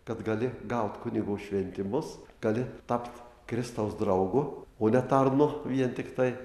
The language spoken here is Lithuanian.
kad gali gauti kunigo šventimus gali tapt kristaus draugu o ne tarnu vien tiktai